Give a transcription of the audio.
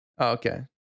Okay